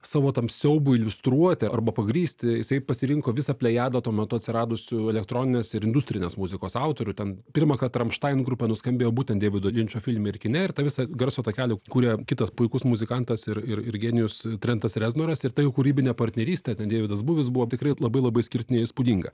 savo tam siaubui iliustruoti arba pagrįsti jisai pasirinko visą plejadą tuo metu atsiradusių elektroninės ir industrinės muzikos autorių ten pirmąkart ramštain grupė nuskambėjo būtent deivido linčo filme ir kine ir tą visą garso takelį kuria kitas puikus muzikantas ir ir ir genijus trentas reznoras ir ta jų kūrybinė partnerystė ten deividas buvis buvo tikrai labai labai išskirtinė ir įspūdinga